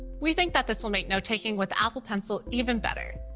we think that this will make note-taking with the apple pencil even better.